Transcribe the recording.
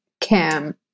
Cam